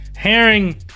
herring